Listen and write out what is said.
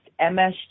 MSG